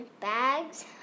bags